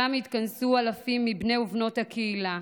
שם התכנסו אלפים מבני ובנות הקהילה,